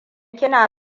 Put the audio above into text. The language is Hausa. kina